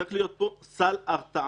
צריך להיות פה סל הרתעה.